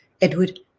Edward